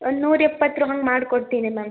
ಒಂದು ನೂರ ಎಪ್ಪತ್ತರ ಹಂಗೆ ಮಾಡಿಕೊಡ್ತೀನಿ ಮ್ಯಾಮ್